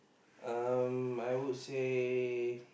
uh I would say